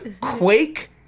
Quake